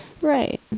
Right